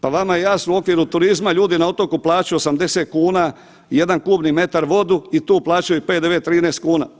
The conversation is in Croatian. Pa vama je jasno, u okviru turizma, ljudi na otoku plaćaju 80 kuna jedan kubni metar vodu i tu plaćaju PDV 13 kuna.